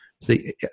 See